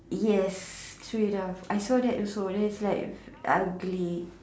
yes straight off I saw that also then it's like ugly